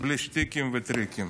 בלי שטיקים וטריקים.